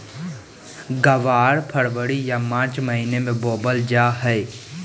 ग्वार फरवरी या मार्च महीना मे बोवल जा हय